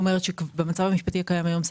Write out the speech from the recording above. במצב המשפטי הקיים היום,